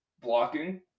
blocking